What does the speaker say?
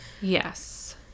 Yes